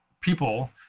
people